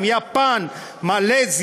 מה קרה?